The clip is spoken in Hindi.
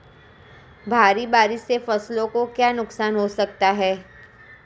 भारी बारिश से फसलों को क्या नुकसान हो सकता है?